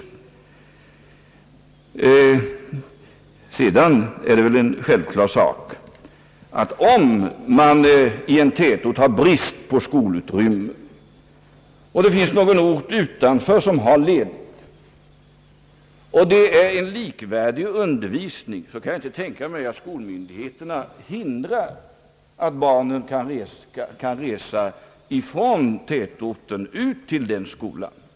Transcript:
Sedan är det väl självklart att om det i en tätort råder brist på skollokaler och det på någon ort i närheten finns sådana lokaler lediga och undervisningen där är likvärdig, sätter sig skolmyndigheterna inte emot att barnen reser från tätorten ut till ifrågavarande skola.